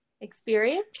Experience